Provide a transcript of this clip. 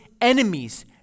enemies